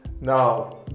Now